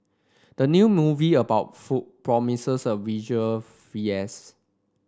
the new movie about food promises a visual